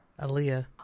Aaliyah